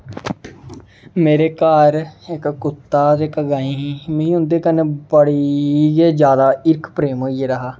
मेरे घर इक कुत्ता जेह्का गाईं ही मिगी उं'दे कन्नै बड़ी गै जादा हिरख प्रेम होई गेदा हा